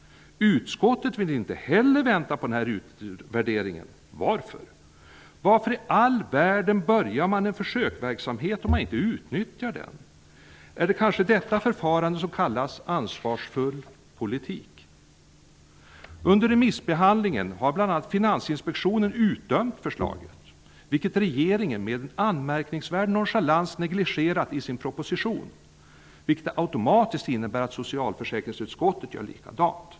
Utskottet vill inte heller vänta på denna utvärdering. Varför? Varför i all världen påbörjar man en försöksverksamhet om man inte utnyttjar den? Är det kanske detta förfarande som kallas ansvarsfull politik? Under remissbehandlingen har bl.a. Finansinspektionen utdömt förslaget, vilket regeringen med en anmärkningsvärd nonchalans negligerat i sin proposition, vilket automatiskt innebär att socialförsäkringsutskottet gör likadant.